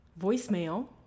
voicemail